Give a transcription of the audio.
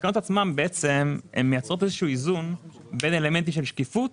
התקנות עצמן מייצרות איזשהו איזון בין אלמנטים של שקיפות